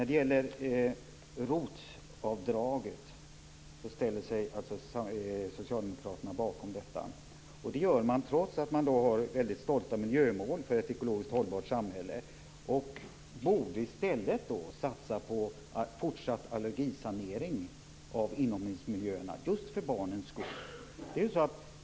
Socialdemokraterna ställer sig bakom ROT avdraget, och det gör man trots att man har väldigt stolta miljömål för ett ekologiskt hållbart samhälle. Man borde i stället satsa på fortsatt allergisanering av inomhusmiljöerna, just för barnens skull.